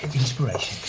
inspiration.